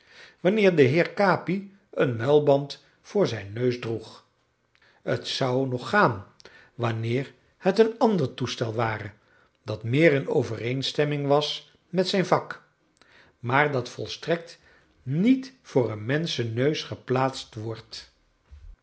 wanneer de heer capi een muilband voor zijn neus droeg het zou nog gaan wanneer het een ander toestel ware dat meer in overeenstemming was met zijn vak maar dat volstrekt niet voor een menschenneus geplaatst wordt